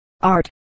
art